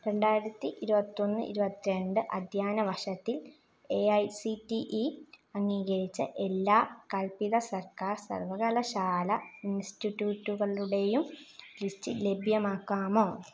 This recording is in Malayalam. രണ്ടായിരത്തി ഇരുപത്തൊന്ന് ഇരുപത്തി രണ്ട് അധ്യയന വർഷത്തിൽ A I C T E അംഗീകരിച്ച എല്ലാ കൽപ്പിത സർക്കാർ സർവകലാശാല ഇൻസ്റ്റിറ്റ്യൂട്ടുകളുടെയും ലിസ്റ്റ് ലഭ്യമാക്കാമോ